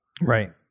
Right